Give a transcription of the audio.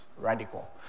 radical